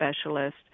specialist